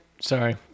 sorry